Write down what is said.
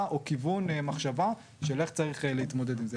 או כיוון מחשבה של איך צריך להתמודד עם זה.